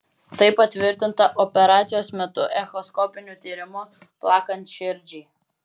tai patvirtinta operacijos metu echoskopiniu tyrimu plakant širdžiai